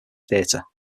theatre